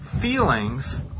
feelings